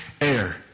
air